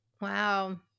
Wow